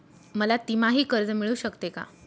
मला तिमाही कर्ज मिळू शकते का?